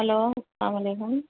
hello السلام علیکم